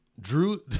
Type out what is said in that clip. Drew